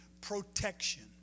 protection